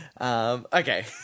Okay